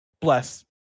bless